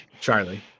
Charlie